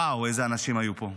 וואו, איזה אנשים היו פה.